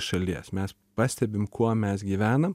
šalies mes pastebim kuom mes gyvenam